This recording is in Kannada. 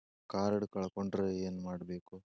ಕಾರ್ಡ್ ಕಳ್ಕೊಂಡ್ರ ಏನ್ ಮಾಡಬೇಕು?